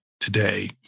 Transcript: today